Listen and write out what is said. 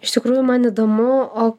iš tikrųjų man įdomu o